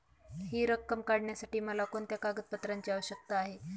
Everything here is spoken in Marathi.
हि रक्कम काढण्यासाठी मला कोणत्या कागदपत्रांची आवश्यकता आहे?